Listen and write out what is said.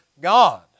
God